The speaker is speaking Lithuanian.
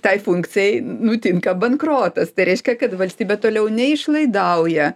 tai funkcijai nutinka bankrotas tai reiškia kad valstybė toliau neišlaidauja